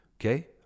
Okay